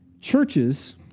Churches